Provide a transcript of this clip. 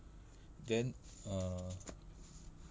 then uh